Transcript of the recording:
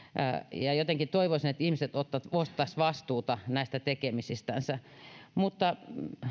ja jotenkin toivoisin että ihmiset ottaisivat vastuuta näistä tekemisistänsä mutta